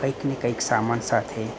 કંઈકને કંઈક સામાન સાથે